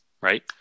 Right